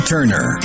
Turner